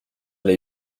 les